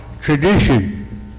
tradition